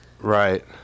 Right